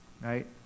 Right